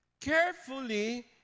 carefully